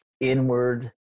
inward